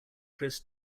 chris